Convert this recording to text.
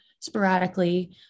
sporadically